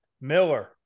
Miller